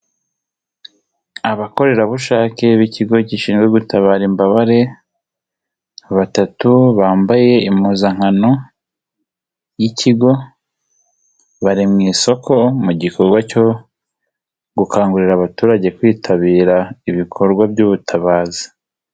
Abakorerabushake b'ikigo gishinzwe gutabara imbabare batatu bambaye impuzankano y'ikigo, bari mu isoko mu gikorwa cyo gukangurira abaturage kwitabira ibikorwa by'ubutabazi.